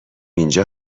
اینجا